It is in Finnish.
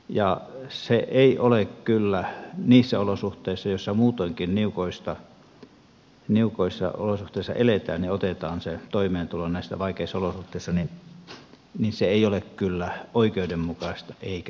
ja se ei ole kyllä niissä kun siellä muutoinkin niukoissa olosuhteissa eletään ja otetaan se toimeentulo näissä vaikeissa olosuhteissa se ei ole siellä kyllä oikeudenmukaista eikä oikein